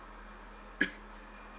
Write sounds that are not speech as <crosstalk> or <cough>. <coughs>